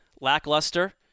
lackluster